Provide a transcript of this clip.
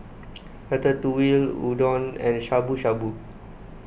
Ratatouille Udon and Shabu Shabu